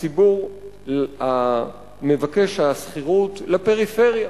הציבור מבקש השכירות לפריפריה,